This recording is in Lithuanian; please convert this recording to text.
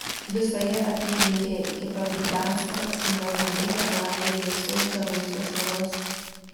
visoje apylinkėje iki pat gdansko pasklido gandai kad lageryje siaučia baisios ligos